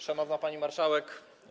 Szanowna Pani Marszałek!